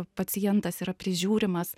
pacientas yra prižiūrimas